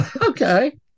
Okay